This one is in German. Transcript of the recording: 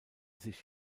sich